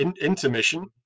intermission